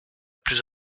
plus